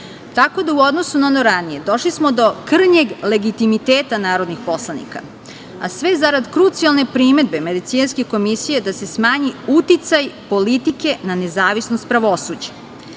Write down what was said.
funkcije.U odnosu na ono ranije, došli smo do krnjeg legitimiteta narodnih poslanika, a sve zarad krucijalne primedbe Venecijanske komisije da se smanji uticaj politike na nezavisnost pravosuđa.